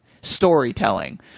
storytelling